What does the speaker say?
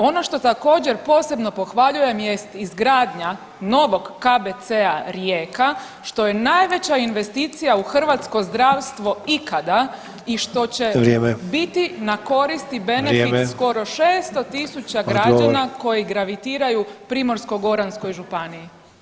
Ono što također posebno pohvaljujem jest izgradnja novog KBC-a Rijeka što je najveća investicija u hrvatsko zdravstvo ikada i što će biti [[Upadica Sanader: Vrijeme.]] na korist i benefit [[Upadica Sanader: Vrijeme.]] skoro 600.000 građana koji gravitiraju Primorsko-goranskoj županiji.